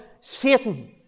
Satan